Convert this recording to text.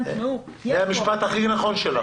זה המשפט הכי נכון שלך.